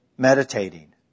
Meditating